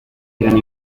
gran